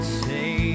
say